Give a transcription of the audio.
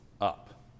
up